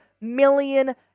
million